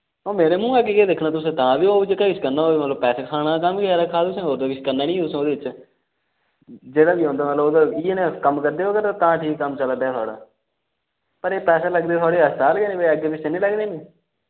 ओह् मेरे मुहैं गी केह् केह् दिक्खना ऐ तुसें तांं बी ओह् जेह्का किश करना होऐ मतलब पैसे खाना दा ढंग गै रक्खा दा तुसें होर किश करना निं तुसें ओह्दे च जेह्ड़ा बी औंदा मतलब ओह्दा इ'यै नेहां कम्म करदे ओ ते तां ठीक कम्म चला दा ऐ थुआढ़ा पर पैसे लगदे थुआढ़े हस्पताल गै अग्गें पिच्छे निं लगदे हैन एह्